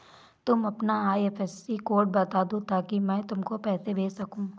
तुम अपना IFSC code बता दो ताकि मैं तुमको पैसे भेज सकूँ